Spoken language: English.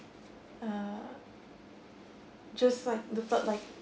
uh just like the felt like